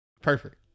Perfect